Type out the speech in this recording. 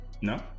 No